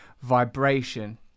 vibration